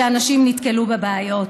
שאנשים נתקלו בבעיות.